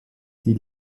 die